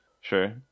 Sure